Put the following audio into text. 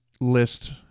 list